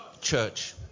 Church